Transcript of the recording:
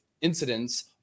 incidents